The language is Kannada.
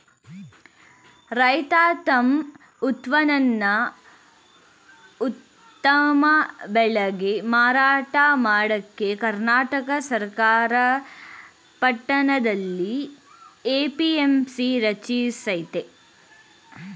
ರೈತ ತಮ್ ಉತ್ಪನ್ನನ ಉತ್ತಮ ಬೆಲೆಗೆ ಮಾರಾಟ ಮಾಡಕೆ ಕರ್ನಾಟಕ ಸರ್ಕಾರ ಪಟ್ಟಣದಲ್ಲಿ ಎ.ಪಿ.ಎಂ.ಸಿ ರಚಿಸಯ್ತೆ